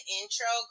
intro